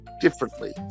differently